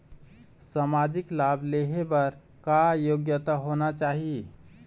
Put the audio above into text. सामाजिक लाभ लेहे बर का योग्यता होना चाही?